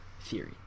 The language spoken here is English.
theory